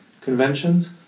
conventions